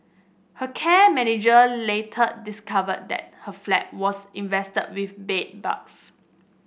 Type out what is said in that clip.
her care manager later discovered that her flat was infested with bedbugs